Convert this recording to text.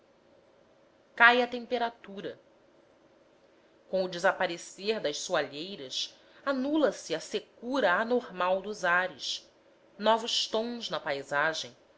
cai a temperatura com o desaparecer das soalheiras anula se a secura anormal dos ares novos tons na paisagem